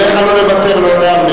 עליך לא נוותר לעולם,